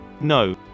No